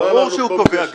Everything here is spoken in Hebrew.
ברור שהוא קובע.